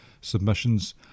submissions